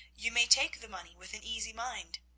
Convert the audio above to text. you may take the money with an easy mind.